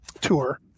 tour